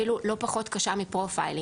אפילו לא פחות קשה מפרופיילינג,